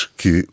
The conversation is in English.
que